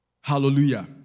Hallelujah